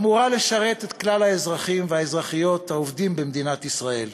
הצעת החוק אמורה לשרת את כלל האזרחים והאזרחיות העובדים במדינת ישראל.